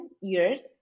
years